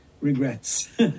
regrets